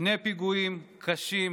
שני פיגועים קשים